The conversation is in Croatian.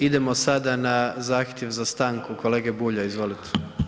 Idemo sada na zahtjev za stanku kolege Bulja, izvolite.